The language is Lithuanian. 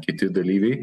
kiti dalyviai